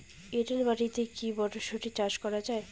এটেল মাটিতে কী মটরশুটি চাষ করা য়ায়?